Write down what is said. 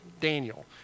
Daniel